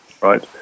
Right